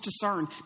discern